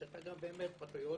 כי אתה באמת פטריוט